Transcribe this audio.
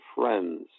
friends